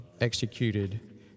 executed